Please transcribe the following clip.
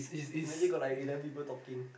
imagine got like eleven people talking